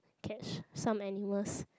catch some animals